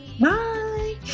Bye